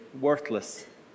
worthless